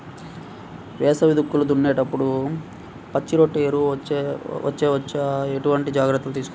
వేసవి దుక్కులు దున్నేప్పుడు పచ్చిరొట్ట ఎరువు వేయవచ్చా? ఎటువంటి జాగ్రత్తలు తీసుకోవాలి?